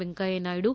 Venkaiah Naidu